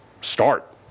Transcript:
start